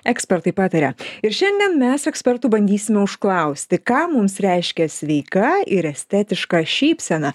ekspertai pataria ir šiandien mes ekspertų bandysime užklausti ką mums reiškia sveika ir estetiška šypsena